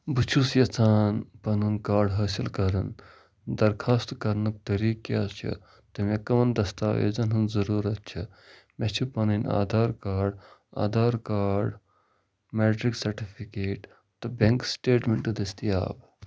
بہٕ چھُس یژھان پنُن کارڈ حٲصِل کرُن درخاست کرنُک طریقہٕ کیٛاہ حظ چھُ تہٕ مےٚ کَمَن دَستاویزَن ہٕنٛز ضروٗرت چھِ مےٚ چھِ پنٕنۍ Aadhaar card Aadhaar card matric certificate تہٕ بٮ۪نٛک سٕٹیٹمٮ۪نٛٹ دستیاب